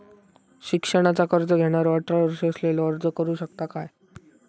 शिक्षणाचा कर्ज घेणारो अठरा वर्ष असलेलो अर्ज करू शकता काय?